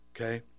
Okay